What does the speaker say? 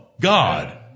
God